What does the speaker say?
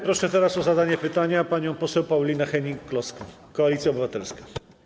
Proszę teraz o zadanie pytania panią poseł Paulinę Hennig-Kloskę, Koalicja Obywatelska.